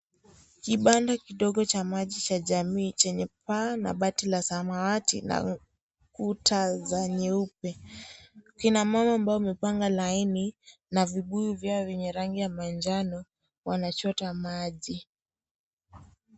Kibanda kindogo cha maji cha jamii chenye paa na bati la samawati na kuta za nyeupe. Kina mama ambao wamepanga laini na vibuyu vyao vyenye rangi ya manjano wanachota maji.